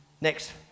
...next